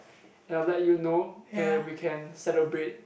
and I'll let you know and we can celebrate